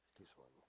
this one?